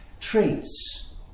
traits